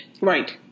right